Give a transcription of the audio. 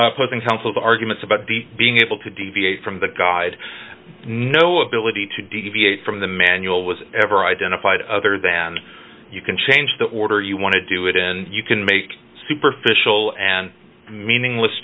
counsel's arguments about the being able to deviate from the guide no ability to deviate from the manual was ever identified other than you can change the order you want to do it in you can make superficial and meaningless